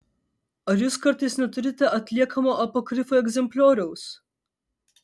ar jūs kartais neturite atliekamo apokrifų egzemplioriaus